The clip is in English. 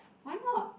why not